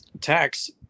tax